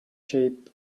shape